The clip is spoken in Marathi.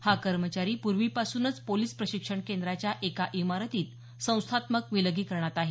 हा कर्मचारी पूर्वीपासूनच पोलीस प्रशिक्षण केंद्राच्या एका इमारतीत संस्थात्मक विलगीकरणात आहे